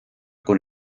con